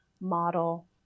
model